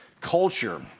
culture